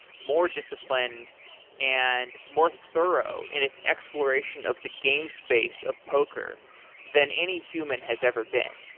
more disciplined and more thorough in its exploration of the game space of poker than any human has ever been.